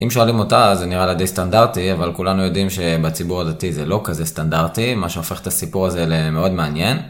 אם שואלים אותה זה נראה לה די סטנדרטי, אבל כולנו יודעים שבציבור הדתי זה לא כזה סטנדרטי, מה שהפך את הסיפור הזה למאוד מעניין.